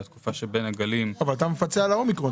בתקופה שבין הגלים --- אבל אתה מפצה על האומיקרון,